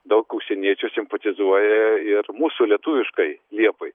daug užsieniečių simpatizuoja ir mūsų lietuviškai liepai